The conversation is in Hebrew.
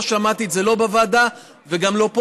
לא שמעתי את זה, לא בוועדה וגם לא פה.